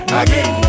again